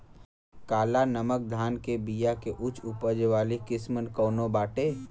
काला नमक धान के बिया के उच्च उपज वाली किस्म कौनो बाटे?